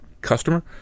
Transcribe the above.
customer